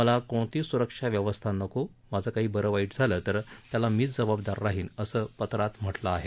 मला कोणतीच सुरक्षा व्यवस्था नको माझं काही बर वाईट झालं तर त्याला मीच जबाबदार राहीन असं पत्रात म्हटलं आहे